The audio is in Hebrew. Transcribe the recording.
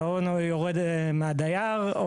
זה או יורד מהדייר.